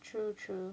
true true